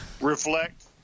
Reflect